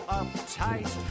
uptight